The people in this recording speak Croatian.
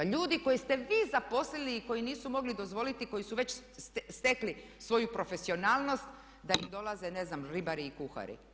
Ljudi koje ste vi zaposlili i koji nisu mogli dozvoliti, koji su već stekli svoju profesionalnost da im dolaze ne znam ribari i kuhari.